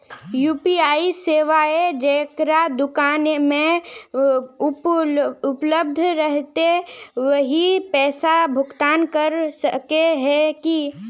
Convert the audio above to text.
UPI सेवाएं जेकरा दुकान में उपलब्ध रहते वही पैसा भुगतान कर सके है की?